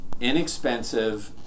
inexpensive